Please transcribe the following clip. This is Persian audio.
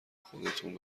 خودتون